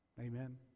Amen